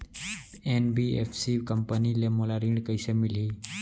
NBFC company ले मोला ऋण कइसे मिलही?